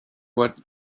what